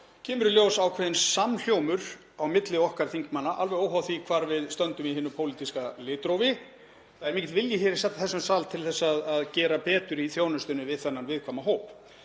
kemur í ljós ákveðinn samhljómur á milli okkar þingmanna, alveg óháð því hvar við stöndum í hinu pólitíska litrófi. Það er mikill vilji í þessum sal til að gera betur í þjónustunni við þennan viðkvæma hóp.